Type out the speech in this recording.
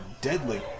deadly